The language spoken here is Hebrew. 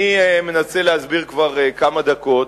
אני מנסה להסביר כמה דקות,